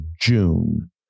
June